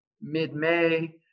mid-May